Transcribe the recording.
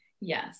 yes